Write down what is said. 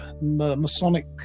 Masonic